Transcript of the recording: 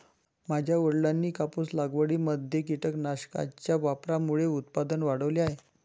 माझ्या वडिलांनी कापूस लागवडीमध्ये कीटकनाशकांच्या वापरामुळे उत्पादन वाढवले आहे